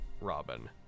Robin